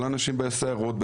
כל האנשים בסיירות,